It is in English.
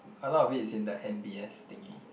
a lot of it is in the m_b_s thingy